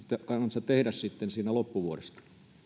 kanssa tehdä sitten siinä loppuvuodesta